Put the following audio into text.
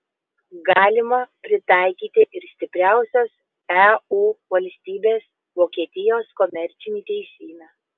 galima pritaikyti ir stipriausios eu valstybės vokietijos komercinį teisyną